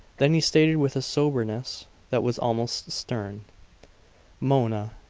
then he stated with a soberness that was almost stern mona,